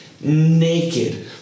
Naked